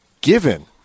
given